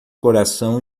coração